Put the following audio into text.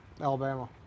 Alabama